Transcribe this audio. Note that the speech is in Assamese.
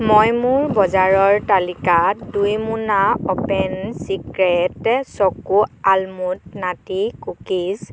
মই মোৰ বজাৰৰ তালিকাত দুই মোনা open secret choco almond nutty cookies